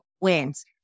wins